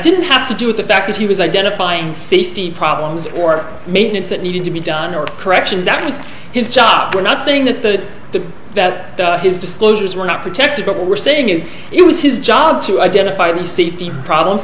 didn't have to do with the fact that he was identifying safety problems or maintenance that needed to be done or corrections that was his job were not saying that the that his disclosures were not protected but what we're saying is it was his job to identify the safety problems